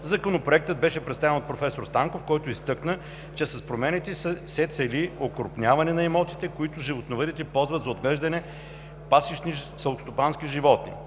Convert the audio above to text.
Законопроектът беше представен от проф. Станков, който изтъкна, че с промените се цели окрупняване на имотите, които животновъдите ползват за отглежданите пасищни селскостопански животни.